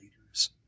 leaders